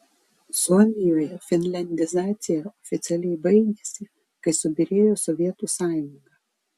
suomijoje finliandizacija oficialiai baigėsi kai subyrėjo sovietų sąjunga